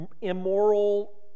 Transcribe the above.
immoral